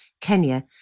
Kenya